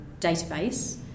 database